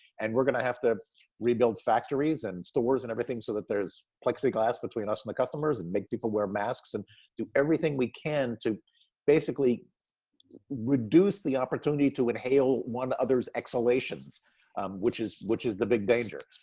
and we're going to have to rebuild factories and stores and everything so that there's plexiglas between us and the customers and make people wear masks and do everything we can to basically reduce the opportunity to inhale one other's exhalations which is which is the big danger,